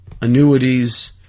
annuities